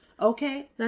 Okay